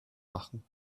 machen